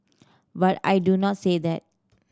but I do not say that